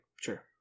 sure